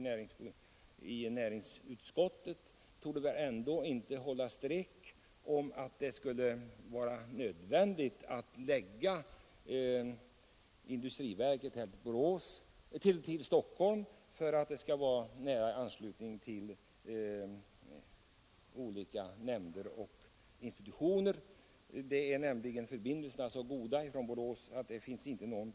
Näringsutskottets påstående om att det skulle vara nödvändigt att förlägga industriverket till Stockholm för att få nära anslutning till olika nämnder och institutioner torde inte hålla. Förbindelserna med Borås är tillräckligt goda.